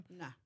No